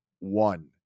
one